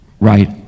right